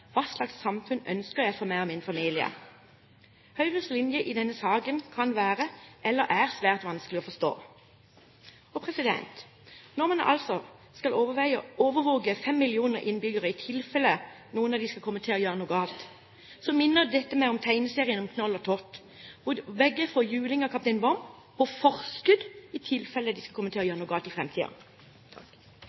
Hva slags samfunn ønsker jeg for meg og min familie? Høyres linje i denne saken kan være – eller er – svært vanskelig å forstå. Når man altså skal overvåke fem millioner innbyggere i tilfelle noen av dem skal komme til å gjøre noe galt, minner dette meg om tegneserien om Knoll og Tott, der begge får juling av kaptein Vom – på forskudd, i tilfelle de skulle komme til å gjøre noe